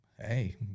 Hey